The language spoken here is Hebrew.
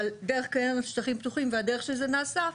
אבל דרך קרן לשטחים פתוחים והדרך שבה זה נעשה,